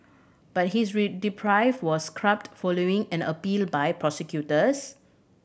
but his was scrubbed following and appeal by prosecutors